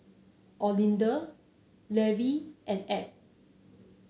Olinda Levie and Ab